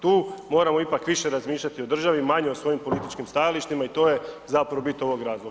Tu moramo ipak više razmišljati o državi, manje o svojim političkim stajalištima i to je zapravo bit ovog razloga.